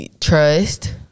trust